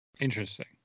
interesting